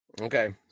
Okay